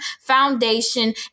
foundation